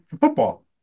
football